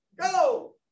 go